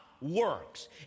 Works